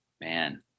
man